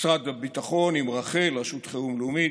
משרד הביטחון עם רח"ל, רשות חירום לאומית,